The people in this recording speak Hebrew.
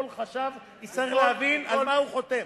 כל חשב יצטרך להבין על מה הוא חותם.